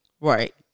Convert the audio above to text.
right